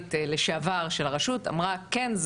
המנכ"לית לשעבר של הרשות אמרה: כן,